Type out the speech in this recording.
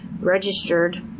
registered